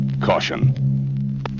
Caution